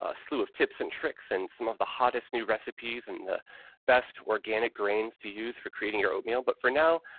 ah slew of tips and tricks and some of the hottest new recipes and the best organic grains to use for creating your oatmeal, but for now,